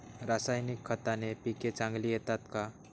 रासायनिक खताने पिके चांगली येतात का?